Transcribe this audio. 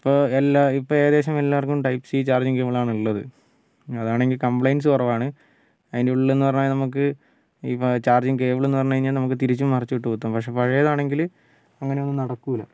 ഇപ്പോൾ എല്ലാ ഇപ്പോൾ ഏകദേശം എല്ലാവർക്കും ടൈപ്പ് സി ചാർജിംഗ് കേബിളാണുളളത് അതാണെങ്കിൽ കംപ്ലൈൻ്റ്സ് കുറവാണ് അതിൻ്റുള്ളിലെന്നു പറഞ്ഞാൽ നമുക്ക് ഇപ്പോൾ ചാർജിങ്ങ് കേബിളെന്നു പറഞ്ഞു കഴിഞ്ഞാൽ നമുക്ക് തിരിച്ചും മറിച്ചും ഇട്ടു കുത്താം പക്ഷെ പഴയതാണെങ്കിൽ അങ്ങനെയൊന്നും നടക്കില്ല